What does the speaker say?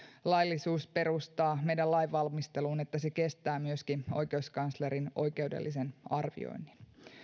laillisuusperustaa meidän lainvalmisteluumme että se kestää myöskin oikeuskanslerin oikeudellisen arvioinnin